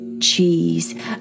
cheese